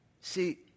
See